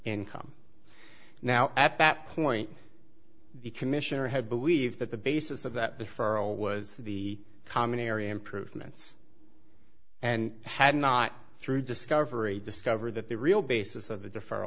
income now at that point the commissioner had believed that the basis of that the for a was the common area improvements and had not through discovery discovered that the real basis of the defer